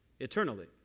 Eternally